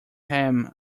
ham